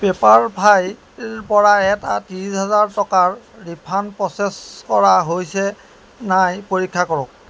পেপাৰফ্ৰাইৰ পৰা এটা ত্ৰিছ হাজাৰ টকাৰ ৰিফাণ্ড প্ৰ'চেছ কৰা হৈছে নাই পৰীক্ষা কৰক